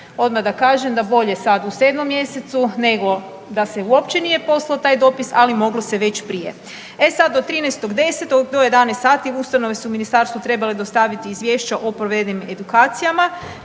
Odmah da kažem da bolje sad u 7 mjesecu nego da se uopće nije poslao taj dopis, ali moglo se već prije. E sad, od 13.10. do 11 sati ustanove su ministarstvu trebale dostaviti izvješća o provedenim edukacijama,